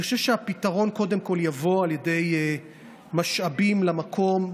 אני חושב שהפתרון יבוא קודם כול על ידי משאבים למקום,